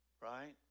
Right